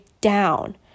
down